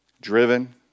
driven